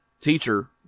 Teacher